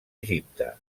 egipte